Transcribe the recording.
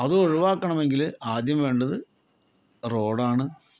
അത് ഒഴിവാക്കണമെങ്കില് ആദ്യം വേണ്ടത് റോഡാണ്